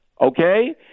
Okay